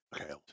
Okay